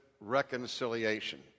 reconciliation